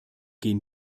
gehen